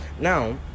Now